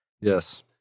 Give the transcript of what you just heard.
Yes